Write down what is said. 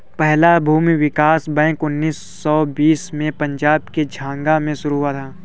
पहला भूमि विकास बैंक उन्नीस सौ बीस में पंजाब के झांग में शुरू हुआ था